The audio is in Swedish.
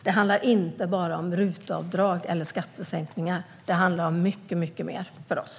Det handlar inte bara om RUT-avdrag eller skattesänkningar. Det handlar om mycket mer för oss.